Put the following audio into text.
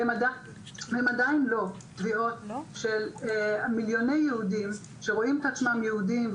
והן עדין לא תביעות של מיליוני יהודים שרואים את עצמם יהודים,